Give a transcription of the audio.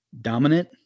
Dominant